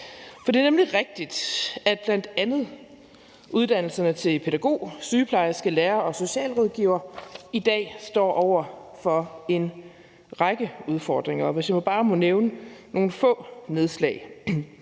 For det er nemlig rigtigt, at bl.a. uddannelserne til pædagog, sygeplejerske, lærer og socialrådgiver i dag står over for en række udfordringer. Jeg vil bare komme med nogle få nedslag: